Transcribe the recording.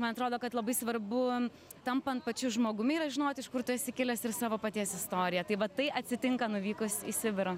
man atrodo kad labai svarbu tampant pačiu žmogumi yra žinoti iš kur tu esi kilęs ir savo paties istoriją tai va tai atsitinka nuvykus į sibirą